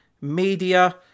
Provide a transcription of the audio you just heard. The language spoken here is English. media